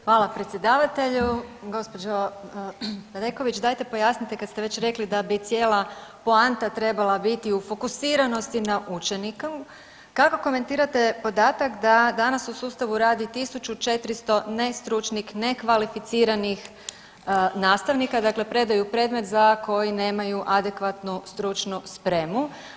Hvala predsjedavatelju, gospođo Bedeković dajte pojasnite kad ste već rekli da bi cijela poanta trebala biti u fokusiranosti na učeniku, kako komentirate podatak da danas u sustavu radi 1.400 nestručnih, nekvalificiranih nastavnika, dakle predaju predmet za koji nemaju adekvatnu stručnu spremu.